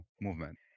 movement